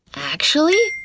actually,